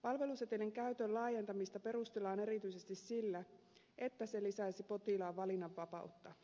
palvelusetelin käytön laajentamista perustellaan erityisesti sillä että se lisäisi potilaan valinnanvapautta